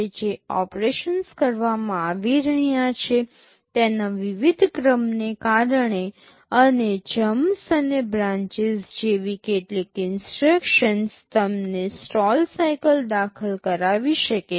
જે ઓપરેશન્સ કરવામાં આવી રહ્યા છે તેના વિવિધ ક્રમને કારણે અને જમ્પસ અને બ્રાન્ચીસ જેવી કેટલીક ઇન્સટ્રક્શન્સ તમને સ્ટોલ સાઇકલ દાખલ કરાવી શકે છે